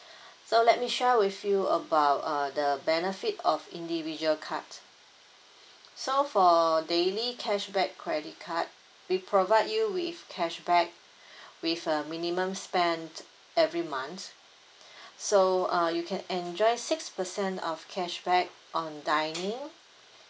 so let me share with you about uh the benefit of individual cards so for daily cashback credit card we provide you with cashback with a minimum spend every month so uh you can enjoy six percent of cashback on dining